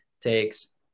takes